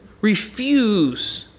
refuse